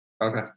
okay